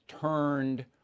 turned